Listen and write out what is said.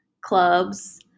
clubs